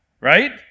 right